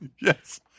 Yes